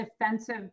defensive